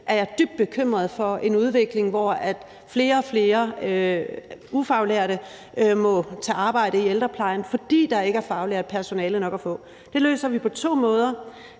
er jeg dybt bekymret for en udvikling, hvor flere og flere ufaglærte må tage arbejde i ældreplejen, fordi der ikke er faglært personale nok at få. Det løser vi på to måder.